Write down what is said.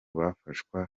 bafashwa